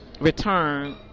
return